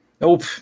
Nope